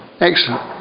Excellent